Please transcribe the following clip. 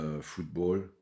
football